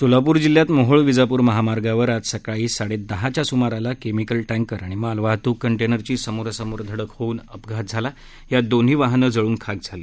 सोलापूर जिल्ह्यात मोहोळ विजापूर महामार्गावर आज सकाळी साडेदहाच्या सुमाराला केमिकल टँकर आणि मालवाहतूक कंटेनरची समोरासमोर धडक होऊन झालेल्या अपघातात दोन्हीही वाहनं जळून खाक झाली